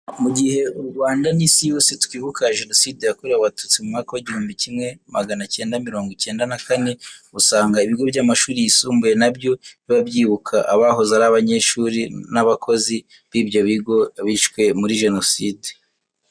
Mu gihe u Rwanga n'Isi yose twibuka Jenoside yakorewe Abatutsi mu mwaka w'igihumbi kimwe magana cyenga mirongo cyenda na kane, usanga ibigo by'amashuri yisumbuye na byo biba byibuka abahoze ari abanyeshuri n'abakozi b'ibyo bigo bishwe muri Jenoside.